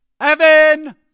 Evan